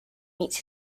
meets